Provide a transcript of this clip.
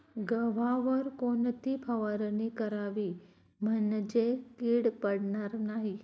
गव्हावर कोणती फवारणी करावी म्हणजे कीड पडणार नाही?